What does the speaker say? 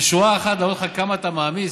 בשורה אחת אומרים לך כמה אתה מעמיס,